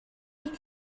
you